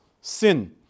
sin